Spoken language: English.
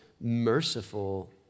merciful